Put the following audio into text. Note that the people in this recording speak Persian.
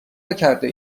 نکرده